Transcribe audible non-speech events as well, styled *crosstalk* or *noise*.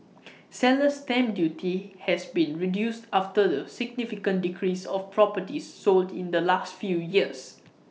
*noise* seller's stamp duty has been reduced after the significant decrease of properties sold in the last few years